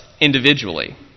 individually